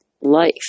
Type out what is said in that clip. life